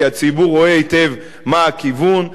כי הציבור רואה היטב מה הכיוון.